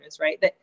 right